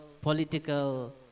political